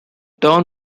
town